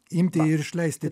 imti ir išleisti